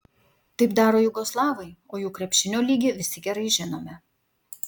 taip daro jugoslavai o jų krepšinio lygį visi gerai žinome